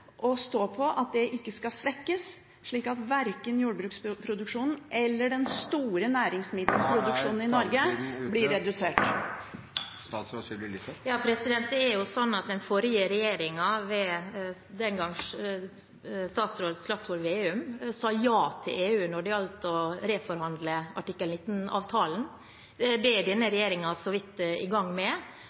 og stå på at det ikke skal svekkes, slik at verken jordbruksproduksjonen eller den store næringsmiddelproduksjonen i Norge blir redusert? Det er jo sånn at den forrige regjeringen ved den gang statsråd Slagsvold Vedum sa ja til EU når det gjaldt å reforhandle artikkel 19 i EØS-avtalen. Det er denne regjeringen så vidt i gang med,